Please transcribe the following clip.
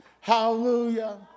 Hallelujah